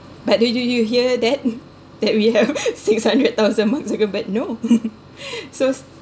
but do you you hear that that we have six hundred thousand mark zuckerberg no so